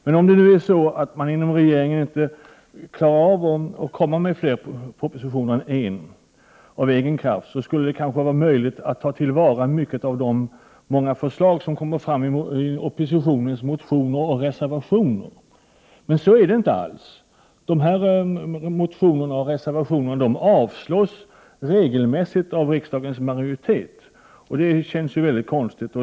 Men om det nu är så att man inom regeringen inte klarar av att komma med fler propositioner än en av egen kraft, skulle det kanske vara möjligt att ta till vara många av de förslag som kommer fram i oppositionens motioner och reservationer. Men så är det inte. De här motionerna och reservationerna avslås regelmässigt av riksdagens majoritet. Och det känns väldigt konstigt.